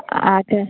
अच्छा